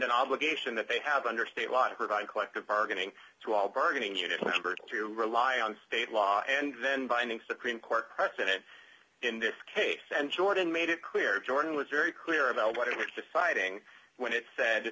an obligation that they have under state law to provide collective bargaining to all bargaining unit labor to rely on state law and then binding supreme court precedent in this case and jordan made it clear jordan was very clear about what it was deciding when it said